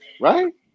right